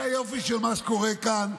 זה היופי של מה שקורה כאן,